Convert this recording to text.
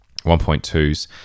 1.2s